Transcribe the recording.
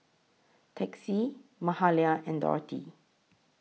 Texie Mahalia and Dorthey